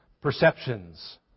perceptions